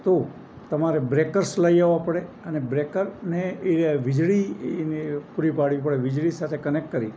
તો તમારે બ્રેકર્સ લઈ આવવા પડે અને બ્રેકરને એ વીજળીને પૂરી પાડવી પડે વીજળી સાથે કનેક્ટ કરી